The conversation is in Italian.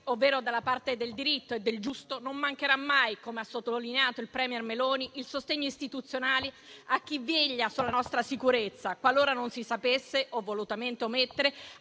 ovvero dalla parte del diritto e del giusto, non mancherà mai, come ha sottolineato il *premier* Meloni, il sostegno istituzionale a chi veglia sulla nostra sicurezza, qualora non si sapesse o volutamente si omettesse,